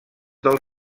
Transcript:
del